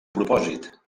propòsit